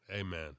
Amen